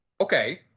Okay